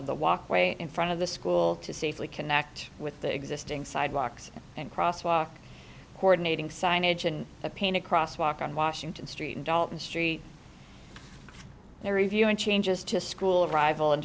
of the walkway in front of the school to safely connect with the existing sidewalks and crosswalk coordinating signage and the pain across walk on washington street in dalton street they're reviewing changes to school arrival and